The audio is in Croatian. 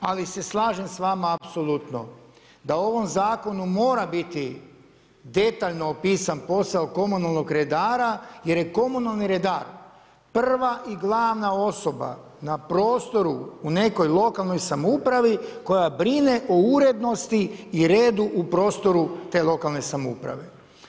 Ali se slažem s vama apsolutno da u ovom zakonu mora biti detaljno opisan posao komunalnog redara jer je komunalni redar prva i glavna osoba na prostoru u nekoj lokalnoj samoupravi koja brine o urednosti i redu u prostoru te lokalne samouprave.